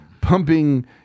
pumping